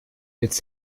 its